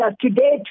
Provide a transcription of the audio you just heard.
today